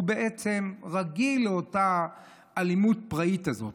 הוא בעצם רגיל לאותה האלימות הפראית הזו.